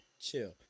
chill